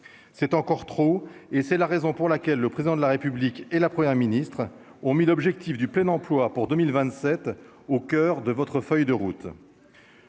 c'est encore trop, et c'est la raison pour laquelle le président de la République et la première ministre oh mis l'objectif du plein emploi pour 2000 27 au coeur de votre feuille de route,